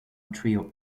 trio